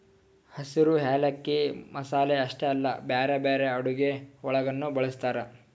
ಹಸಿರು ಯಾಲಕ್ಕಿ ಮಸಾಲೆ ಅಷ್ಟೆ ಅಲ್ಲಾ ಬ್ಯಾರೆ ಬ್ಯಾರೆ ಅಡುಗಿ ಒಳಗನು ಬಳ್ಸತಾರ್